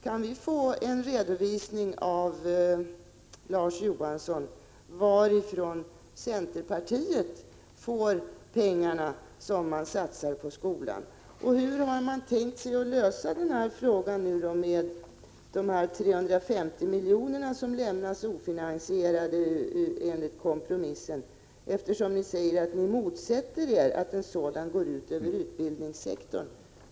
Kan vi få en redovisning, Larz Johansson, för varifrån centerpartiet tar de pengar som man satsar på skolan? Och hur har man tänkt sig att lösa frågan om de 350 milj.kr. som lämnas ofinansierade enligt kompromissen? Ni säger ju att utbildningssektorn i det sammanhanget inte får bli lidande.